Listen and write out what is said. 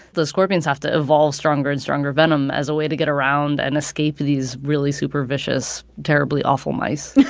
the scorpions have to evolve stronger and stronger venom as a way to get around and escape these really super-vicious terribly awful mice.